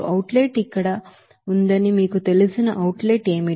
out let ఇక్కడ ఉందని మీకు తెలిసిన అవుట్ లెట్ ఏమిటి